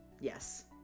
yes